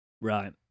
Right